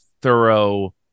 thorough